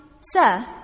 Sir